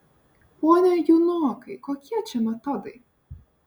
pone junokai kokie čia metodai